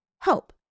Hope